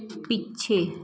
ਪਿੱਛੇ